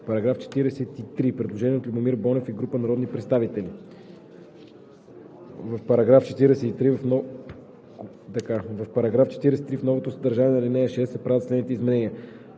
По § 43 има предложение от Любомир Бонев и група народни представители. В § 43 в новото съдържание на ал. 6 се правят следните изменения: